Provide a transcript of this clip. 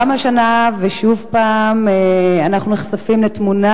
גם השנה, שוב, אנחנו נחשפים לתמונה,